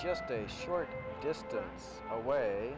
just a short distance away